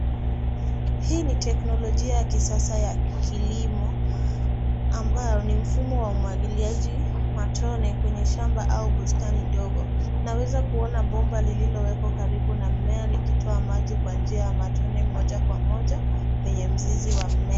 Hii ni teknolojia ya kisasa ya kilimo, ambao ni mfumo wa umwagiliaji matone kwenye shamba au bustani ndogo. Tunaweza kuona bomba lililo karibu na mmea likitoa maji kwa njia ya matone, moja kwa moja kwenye mzizi wa mmea.